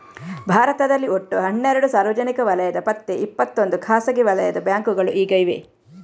ಭಾರತದಲ್ಲಿ ಒಟ್ಟು ಹನ್ನೆರಡು ಸಾರ್ವಜನಿಕ ವಲಯದ ಮತ್ತೆ ಇಪ್ಪತ್ತೊಂದು ಖಾಸಗಿ ವಲಯದ ಬ್ಯಾಂಕುಗಳು ಈಗ ಇವೆ